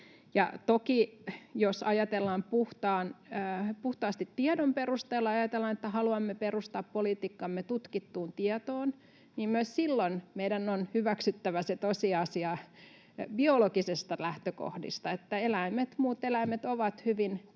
Toki jos ajatellaan puhtaasti tiedon perusteella ja ajatellaan, että haluamme perustaa politiikkamme tutkittuun tietoon, niin myös silloin meidän on hyväksyttävä se tosiasia biologisista lähtökohdista, että muut eläimet ovat hyvin pitkälti